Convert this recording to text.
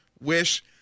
wish